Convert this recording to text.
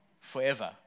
forever